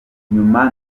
nyuma